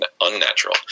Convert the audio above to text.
unnatural